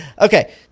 Okay